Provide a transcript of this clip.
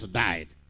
died